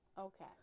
Okay